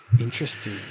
Interesting